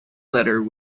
letter